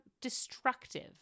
destructive